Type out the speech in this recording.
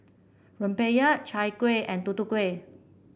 rempeyek Chai Kueh and Tutu Kueh